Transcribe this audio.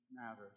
matters